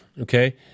Okay